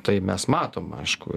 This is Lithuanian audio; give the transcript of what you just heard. tai mes matom aišku